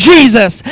Jesus